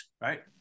right